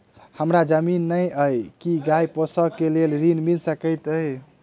हमरा जमीन नै अई की गाय पोसअ केँ लेल ऋण मिल सकैत अई?